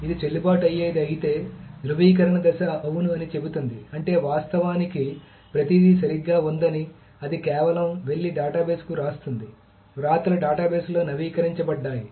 ఇది చెల్లుబాటు అయ్యేది అయితే ధ్రువీకరణ దశ అవును అని చెబుతుంది అంటే వాస్తవానికి ప్రతిదీ సరిగ్గా ఉందని అది కేవలం వెళ్లి డేటాబేస్కు వ్రాస్తుంది వ్రాతలు డేటాబేస్లో నవీకరించబడ్డాయి